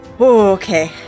Okay